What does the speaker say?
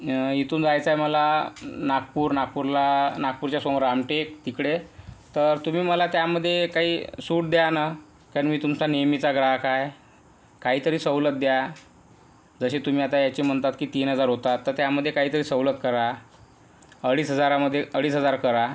इथून जायचंय मला नागपूर नागपूरला नागपूरच्या समोर रामटेक तिकडे तर तुम्ही मला त्यामध्ये काही सूट द्या ना कारण मी तुमचा नेहमीचा ग्राहक आहे काहीतरी सवलत द्या जशी तुम्ही आता याचे म्हणतात की तीन हजार होतात तर त्यामध्ये काहीतरी सवलत करा अडीच हजारामध्ये अडीच हजार करा